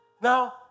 Now